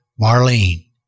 Marlene